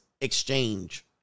exchange